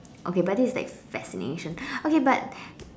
okay but this is like fascination okay but